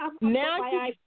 Now